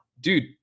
dude